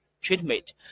treatment